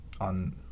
on